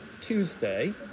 Tuesday